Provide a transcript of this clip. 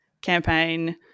campaign